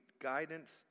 guidance